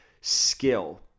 skill